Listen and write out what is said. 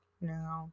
no